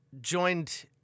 joined